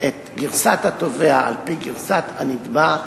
את גרסת התובע על פני גרסת הנתבע,